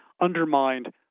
undermined